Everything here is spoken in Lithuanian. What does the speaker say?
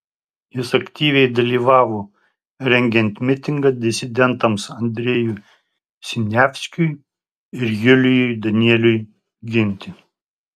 jis aktyviai dalyvavo rengiant mitingą disidentams andrejui siniavskiui ir julijui danieliui ginti